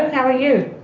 how are you?